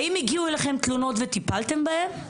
האם הגיעו אליכם תלונות וטיפלתם בהן?